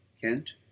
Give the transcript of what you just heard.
Kent